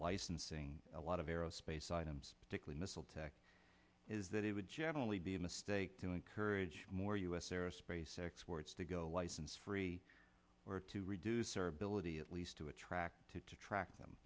licensing a lot of aerospace items particularly missile tech is that it would generally be a mistake to encourage more us aerospace exports to go license free or to reduce their ability at least attracted to track them